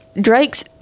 drake's